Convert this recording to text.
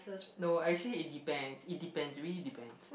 no actually it depends it depends it really depends